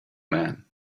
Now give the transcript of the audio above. man